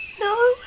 No